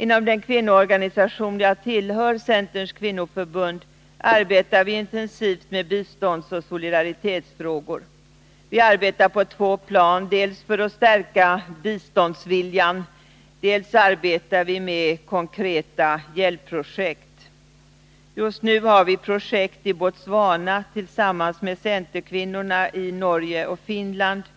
Inom den kvinnoorganisation jag tillhör, Centerns kvinnoförbund, arbetar vi intensivt med biståndsoch solidaritetsfrågor. Vi arbetar på två plan, dels för att stärka biståndviljan, dels med konkreta hjälpprojekt. Just nu har vi tillsammans med centerkvinnorna i Norge och Finland projekt i Botswana.